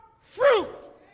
fruit